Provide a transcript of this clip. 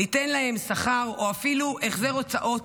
ניתן להם שכר או אפילו החזר הוצאות,